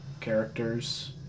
characters